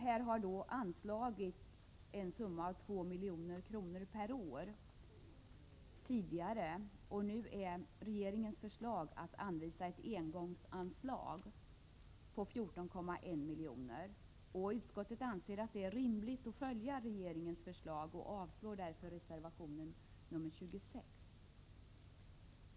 Tidigare har en summa av 2 milj.kr. per år anslagits. Nu innebär regeringens förslag att man anvisar ett engångsanslag på 14,1 milj.kr. Utskottet anser det vara rimligt att följa regeringens förslag och yrkar således avslag på reservation 26.